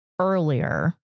earlier